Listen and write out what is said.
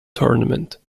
tournament